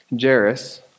Jairus